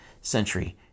century